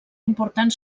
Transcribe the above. important